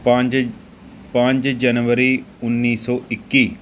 ਪੰਜ ਪੰਜ ਜਨਵਰੀ ਉੱਨੀ ਸੌ ਇੱਕੀ